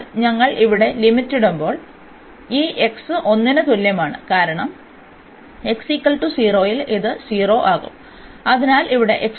അതിനാൽ ഞങ്ങൾ ഇവിടെ ലിമിറ്റ് ഇടുമ്പോൾ ഈ 1 ന് തുല്യമാണ് കാരണം ൽ ഇത് 0 ആക്കും